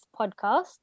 podcast